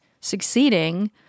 succeeding